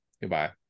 Goodbye